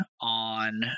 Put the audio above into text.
on